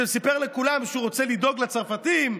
שסיפר לכולם שהוא רוצה לדאוג לצרפתים,